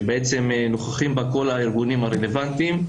שבעצם נוכחים בה כל הארגונים הרלוונטיים,